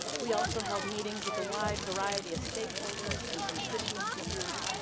we also held meetings with a wide variety of stakeholders and constituency groups,